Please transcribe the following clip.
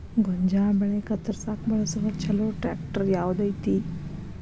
ಗೋಂಜಾಳ ಬೆಳೆ ಕತ್ರಸಾಕ್ ಬಳಸುವ ಛಲೋ ಟ್ರ್ಯಾಕ್ಟರ್ ಯಾವ್ದ್ ಐತಿ?